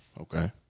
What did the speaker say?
Okay